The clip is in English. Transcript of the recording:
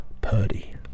Purdy